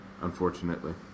unfortunately